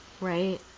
Right